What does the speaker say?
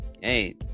hey